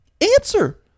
answer